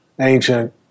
ancient